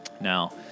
Now